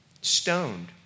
stoned